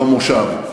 במושב הזה.